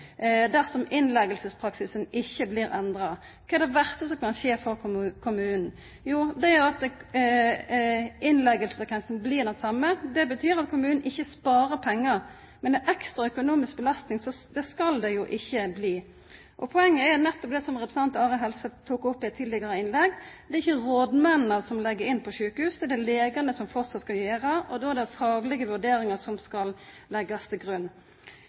dersom innleggingspraksisen ikkje blir endra? Kva er det verste som kan skje for kommunen? Jo, det er jo at innleggingsfrekvensen blir den same. Det betyr at kommunen ikkje sparer pengar. Men ei ekstra økonomisk belasting skal det jo ikkje bli. Poenget er nettopp det som representanten Are Helseth tok opp i eit tidlegare innlegg: Det er ikkje rådmennene som legg inn på sjukehus. Det er det legane som framleis skal gjera, og då er det faglege vurderingar som skal leggjast til grunn.